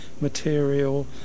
material